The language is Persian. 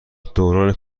دوران